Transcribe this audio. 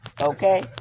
Okay